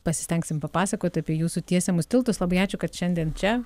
pasistengsim papasakot apie jūsų tiesiamus tiltus labai ačiū kad šiandien čia